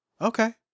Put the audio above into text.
Okay